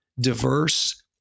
diverse